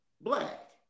black